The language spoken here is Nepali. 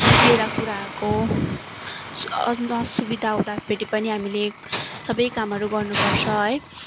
कतिवटा कुराहरूको असुविधा हुँदाफेरि पनि हामीले सबै कामहरू गर्नुपर्छ है